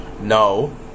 No